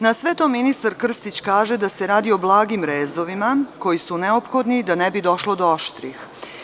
Na sve to ministar Krstić kaže da se radi o blagim rezovima koji su neophodni da ne bi došlo do oštrih.